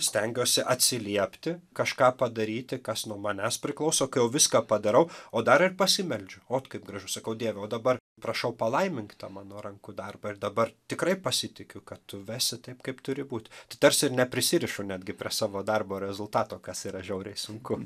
stengiuosi atsiliepti kažką padaryti kas nuo manęs priklauso kai jau viską padarau o dar ir pasimeldžiu ot kaip gražu sakau dieve o dabar prašau palaimink tą mano rankų darbą ir dabar tikrai pasitikiu kad tu vesi taip kaip turi būti tai tarsi ir neprisirišu netgi prie savo darbo rezultato kas yra žiauriai sunku